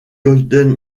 golden